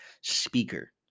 speaker